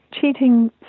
cheating